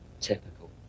typical